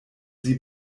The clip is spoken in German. sie